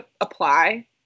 apply